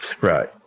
Right